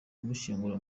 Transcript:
kumushyingura